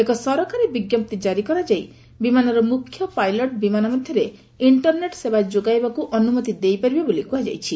ଏକ ସରକାରୀ ବିଜ୍ଞପ୍ତି କାରି କରାଯାଇ ବିମାନର ମୁଖ୍ୟ ପାଇଲଟ ବିମାନ ମଧ୍ୟରେ ଇଷ୍ଟରନେଟ୍ ସେବା ଯୋଗାଇବାକୁ ଅନୁମତି ଦେଇପାରିବେ ବୋଲି କୁହାଯାଇଛି